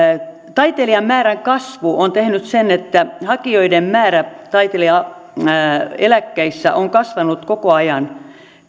taiteilijamäärän kasvu on tehnyt sen että hakijoiden määrä taiteilijaeläkkeissä on kasvanut koko ajan